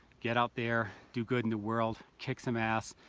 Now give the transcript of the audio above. get out there, do good in the world, kick some ass,